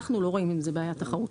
אנחנו לא רואים עם זה בעיה תחרותית.